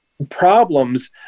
problems